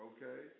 Okay